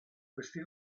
questi